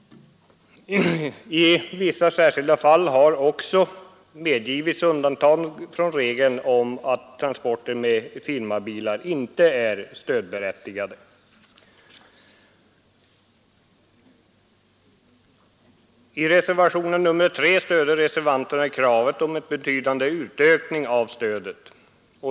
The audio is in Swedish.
I vissa särskilda fall har också medgivits undantag från regeln om att transporter med firmabilar inte är stödberättigade. I reservationen 3 stöder reservanterna kravet på en betydande utökning av stödet.